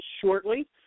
shortly